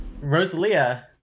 Rosalia